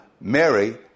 Mary